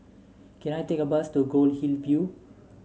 can I take a bus to Goldhill View